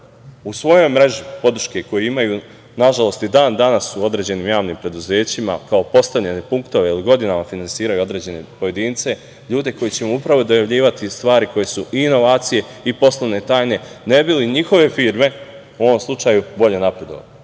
u svoju mrežu podrške koju imaju nažalost i dan danas u određenim javnim preduzećima kao postavljene punktove godinama finansiraju određene pojedince, ljude koji će im upravo dojavljivati stvari koje su inovacije i poslovne tajne ne bi li njihove firme u ovom slučaju bolje